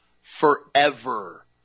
forever